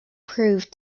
prove